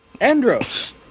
Andros